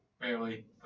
barely